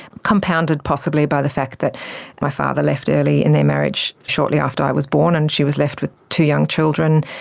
compounded possibly by the fact that my father left early in their marriage, shortly after i was born, and she was left with two young children.